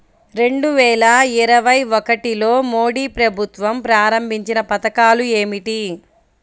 రెండు వేల ఇరవై ఒకటిలో మోడీ ప్రభుత్వం ప్రారంభించిన పథకాలు ఏమిటీ?